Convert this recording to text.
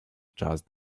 just